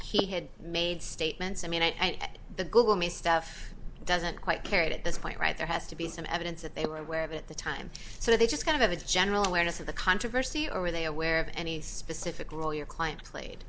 that he had made statements i mean and the google me stuff doesn't quite carry it at this point right there has to be some evidence that they were aware of at the time so they just kind of a general awareness of the controversy or were they aware of any specific role your client played